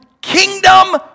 kingdom